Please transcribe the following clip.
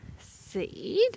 seed